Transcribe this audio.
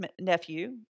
nephew